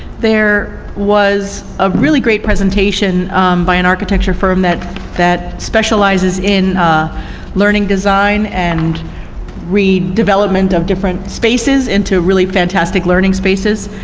there was a really great presentation by an architecture firm that that specializes in learning design and redevelopment of different spaces into really fantastic learning spaces.